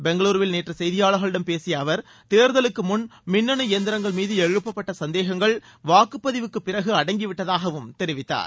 பெங்களுருவில் நேற்று செய்தியாளர்களிடம் பேசிய அவர் தேர்தலுக்கு முன் மின்னணு எந்திரங்கள் மீது எழுப்பப்பட்ட சந்தேகங்கள் வாக்குப்பதிவுக்கு பிறகு அடங்கிவிட்டதாகவும் தெரிவித்தார்